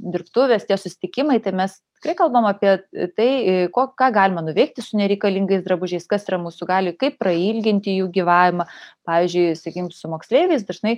dirbtuvės tie susitikimai tai mes tikrai kalbam apie tai ko ką galima nuveikti su nereikalingais drabužiais kas yra mūsų galioj kaip prailginti jų gyvavimą pavyzdžiui sakykim su moksleiviais dažnai